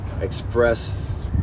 express